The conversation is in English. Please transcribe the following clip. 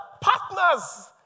partners